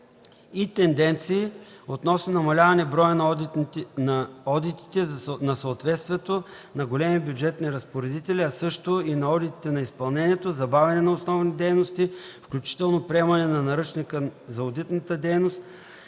и тенденции относно намаляване броя на одитите на съответствието на големи бюджетни разпоредители, а също и на одитите на изпълнението, забавяне на основни дейности, включително приемането на Наръчника за одитната дейност,